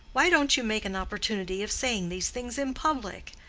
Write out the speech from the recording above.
why don't you make an opportunity of saying these things in public?